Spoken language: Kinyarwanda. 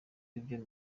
ibyo